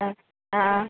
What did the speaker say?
ആ ആ ആ